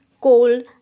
cold